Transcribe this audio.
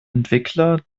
entwickler